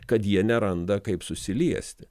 kad jie neranda kaip susiliesti